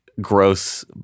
gross